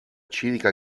civica